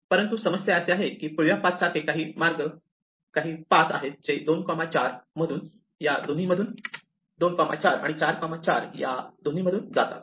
परंतु समस्या अशी आहे की पिवळ्या पाथसारखे काही पाथ आहेत जे 2 4 आणि 4 4 दोन्हीमधून जातात